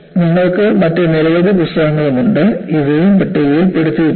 നിങ്ങൾക്ക് മറ്റ് നിരവധി പുസ്തകങ്ങളും ഉണ്ട് ഇവയും പട്ടികയിൽ പെടുത്തിയിട്ടുണ്ട്